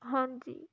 ਹਾਂਜੀ